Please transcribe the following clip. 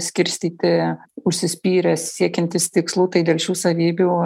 skirstyti užsispyrę siekiantys tikslų tai dėl šių savybių